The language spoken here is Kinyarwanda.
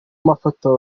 mafoto